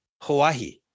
Hawaii